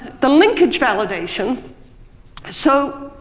the linkage validation so,